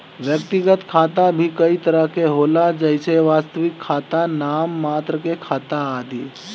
व्यक्तिगत खाता भी कई तरह के होला जइसे वास्तविक खाता, नाम मात्र के खाता आदि